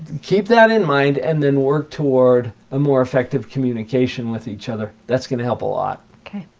keep that in mind and then work toward a more effective communication with each other. that's going to help a lot. okay.